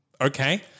Okay